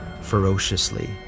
ferociously